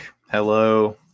hello